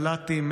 מל"טים,